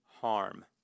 harm